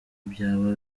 byaba